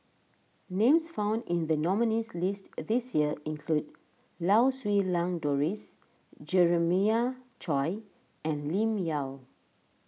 names found in the nominees' list this year include Lau Siew Lang Doris Jeremiah Choy and Lim Yau